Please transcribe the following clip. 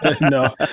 No